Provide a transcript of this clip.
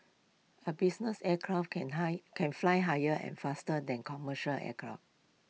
A business aircraft can high can fly higher and faster than commercial aircraft